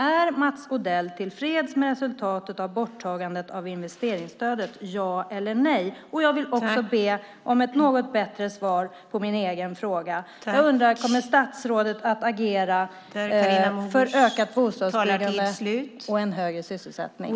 Är Mats Odell tillfreds med resultatet av borttagandet av investeringsstödet, ja eller nej? Jag vill även be om ett något bättre svar på min egen fråga, nämligen om statsrådet kommer att agera för ökat bostadsbyggande och en högre sysselsättning.